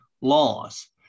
laws